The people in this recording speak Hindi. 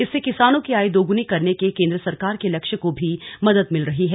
इससे किसानों की आय दोगुनी करने के केन्द्र सरकार के लक्ष्य को भी मदद मिल रही है